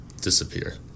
disappear